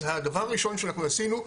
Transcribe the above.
אז הדבר הראשון שעשינו,